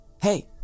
Hey